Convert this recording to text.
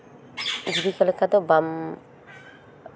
ᱡᱩᱜᱤ ᱠᱚ ᱞᱮᱠᱟ ᱫᱚ ᱵᱟᱢ